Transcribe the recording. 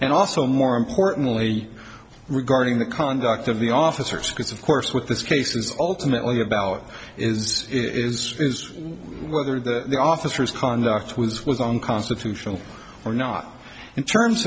and also more importantly regarding the conduct of the officers because of course what this case is ultimately about is is whether the officers conduct was was on constitutional or not in terms